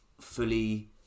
fully